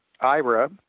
IRA